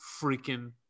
freaking